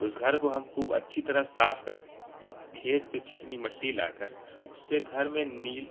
اس گھر کو ہم خوب اچھی طرح صاف کر کے کھیت سے چکنی مٹی لا کر اس سے گھر میں نیل